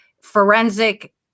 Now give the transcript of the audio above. forensic